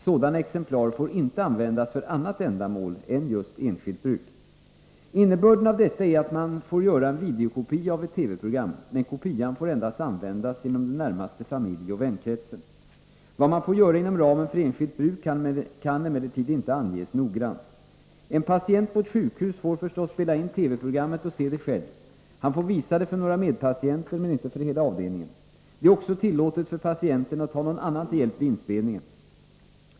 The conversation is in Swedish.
Sådana exemplar får inte användas för annat ändamål än just enskilt bruk. Innebörden av detta är att man får göra en videokopia av ett TV-program, men kopian får användas endast inom den närmaste familjeoch vänkretsen. Vad man får göra inom ramen för enskilt bruk kan emellertid inte anges noggrant. En patient på ett sjukhus får förstås spela in TV-programmet och se det själv. Han får visa det för några medpatienter, men inte för hela avdelningen. Det är också tillåtet för patienten att ta någon annan till hjälp vid inspelningen.